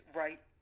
right